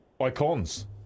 Icons